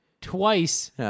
twice